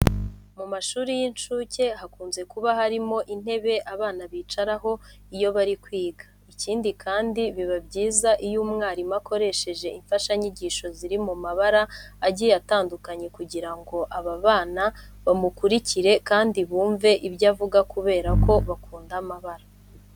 Mu mashuri y'incuke hakunze kuba harimo intebe abana bicaraho iyo bari kwiga. Ikindi kandi biba byiza iyo umwarimu akoresheje imfashanyigisho ziri mu mabara agiye atandukanye kugira ngo aba bana bamukurikire kandi bumve ibyo avuga kubera ko bakunda amabara.